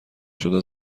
شده